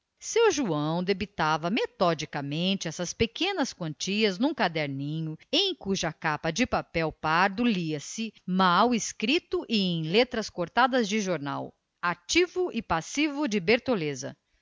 seu joão debitava metodicamente essas pequenas quantias num caderninho em cuja capa de papel pardo lia-se mal escrito e em letras cortadas de jornal ativo e passivo de bertoleza